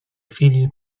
chwili